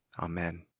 Amen